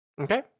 Okay